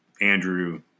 Andrew